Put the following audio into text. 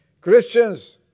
Christians